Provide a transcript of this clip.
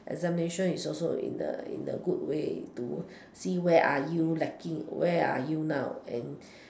examination is also in a in a good way to see where are you lacking where are you now and